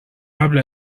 قبلا